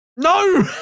No